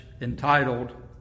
entitled